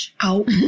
out